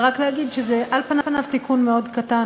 ורק להגיד שזה על פניו תיקון מאוד קטן,